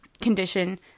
condition